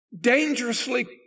dangerously